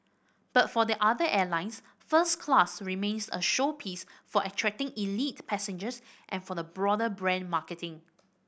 but for the other airlines first class remains a showpiece for attracting elite passengers and for the broader brand marketing